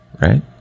right